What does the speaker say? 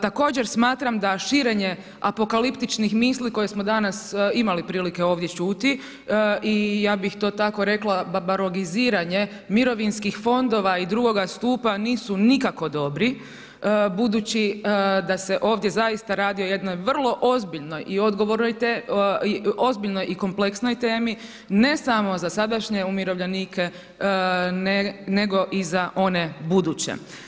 Također smatram da širenje apokaliptičnih misli koje smo danas imali prilike ovdje čuti i ja bih to tako rekla babarogiziranje mirovinskih fondova i drugoga stupa nisu nikako dobri, budući da se ovdje zaista radi o jednoj vrlo ozbiljnoj i odgovornoj temi, i ozbiljnoj i kompleksnoj temi, ne samo za sadašnje umirovljenike nego i za one buduće.